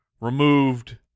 removed